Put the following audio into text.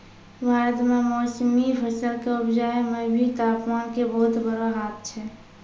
भारत मॅ मौसमी फसल कॅ उपजाय मॅ भी तामपान के बहुत बड़ो हाथ छै